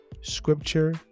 scripture